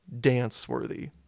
dance-worthy